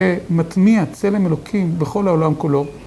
‫מטמיע צלם אלוקים ‫בכל העולם כולו.